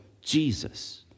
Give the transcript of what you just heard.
Jesus